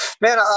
Man